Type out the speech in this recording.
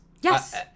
Yes